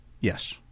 Yes